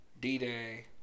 D-Day